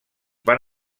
van